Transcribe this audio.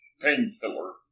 painkiller